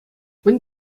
мӗн